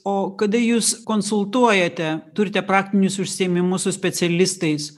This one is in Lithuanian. o kada jūs konsultuojate turite praktinius užsiėmimus su specialistais